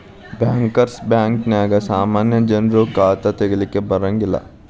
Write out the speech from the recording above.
bankers ಬ್ಯಾಂಕ ನ್ಯಾಗ ಸಾಮಾನ್ಯ ಜನ್ರು ಖಾತಾ ತಗಿಲಿಕ್ಕೆ ಬರಂಗಿಲ್ಲಾ